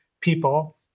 people